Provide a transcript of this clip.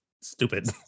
stupid